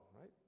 right